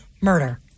murder